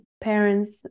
parents